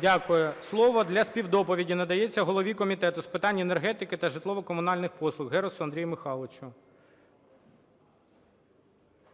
Дякую. Слово для співдоповіді надається голові Комітету з питань енергетики та житлово-комунальний послуг Герусу Андрію Михайловичу.